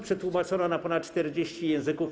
Przetłumaczono je na ponad 40 języków.